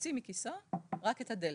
יוציא מכיסו רק את הדלתא.